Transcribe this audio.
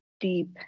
deep